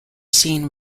seen